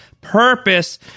purpose